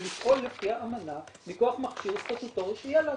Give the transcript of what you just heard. ולפעול לפי האמנה מכח מכשיר סטטוטורי שיהיה לנו.